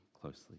closely